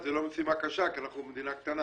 זה לא משימה קשה כי אנחנו מדינה קטנה.